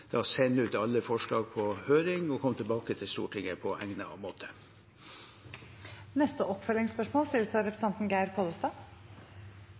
sende ut alle forslag på høring og komme tilbake til Stortinget på egnet måte. Geir Pollestad – til oppfølgingsspørsmål.